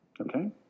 Okay